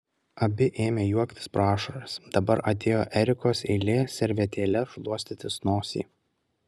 abi ėmė juoktis pro ašaras dabar atėjo erikos eilė servetėle šluostytis nosį